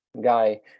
guy